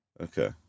Okay